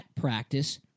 practice –